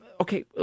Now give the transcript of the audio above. Okay